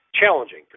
challenging